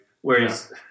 whereas